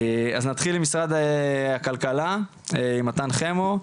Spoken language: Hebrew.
אז נתחיל עם משרד הכלכלה, עם מתן חמו,